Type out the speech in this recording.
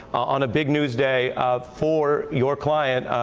on big news day for your client,